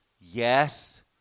yes